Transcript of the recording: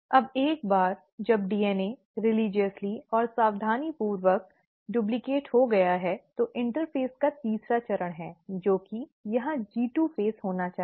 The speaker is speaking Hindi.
अब एक बार जब डीएनए रिलिजस्ली और सावधानीपूर्वक डुप्लीकेट हो गया है तो इंटरफेज का तीसरा चरण है जो कि यहां G2 फ़ेज होना चाहिए